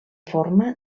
forma